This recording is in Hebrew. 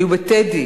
היו ב"טדי"